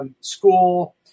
School